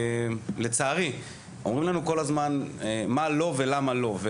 לצערי אומרים לנו כל הזמן מה לא ולמה לא.